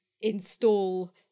install